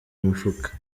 mifuka